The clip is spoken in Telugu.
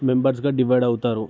మెంబర్స్గా డివైడ్ అవుతారు